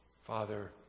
Father